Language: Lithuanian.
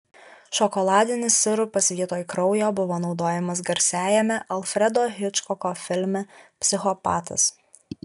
šokoladinis sirupas vietoj kraujo buvo naudojamas garsiajame alfredo hičkoko filme psichopatas